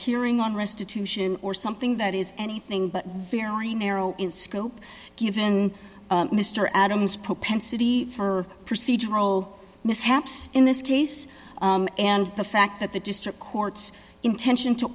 hearing on restitution or something that is anything but very narrow in scope given mr adams propensity for procedural mishaps in this case and the fact that the district court's intention to